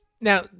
Now